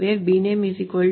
bname ను set చేయండి ఇది end